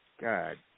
God